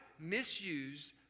Misuse